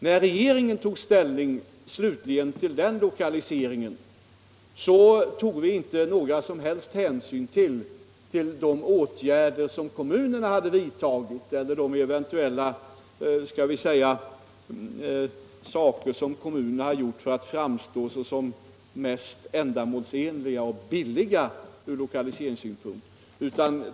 När regeringen slutligen tog ställning till denna lokalisering togs inga som helst hänsyn till de åtgärder som kommunerna hade vidtagit eller till eventuella motiveringar från kommunernas sida när det gällde vad som kunde betraktas som mest ändamålsenligt eller billigt från lokaliseringssynpunkt.